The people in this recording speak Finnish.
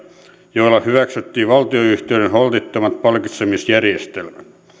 joilla hyväksyttiin valtionyhtiöiden holtittomat palkitsemisjärjestelmät